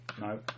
No